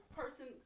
person